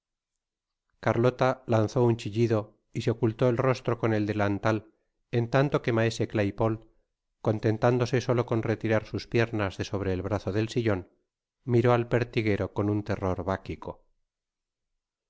carlota lanzó un chillido y so ocultó el rostro con el delantal en tanto que maese claypole contentándose solo con retirar sus piernas de sobre el brazo del sillon miró al pertiguero con un terror báquico